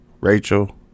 Rachel